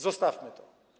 Zostawmy to.